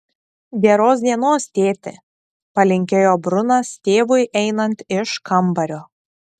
geros dienos tėti palinkėjo brunas tėvui einant iš kambario